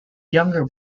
younger